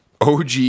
OG